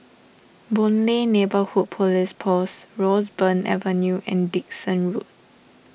Boon Lay Neighbourhood Police Post Roseburn Avenue and Dickson Road